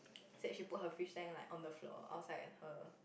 said she put her fish tank like on the floor I was like at her